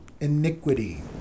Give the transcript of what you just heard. iniquity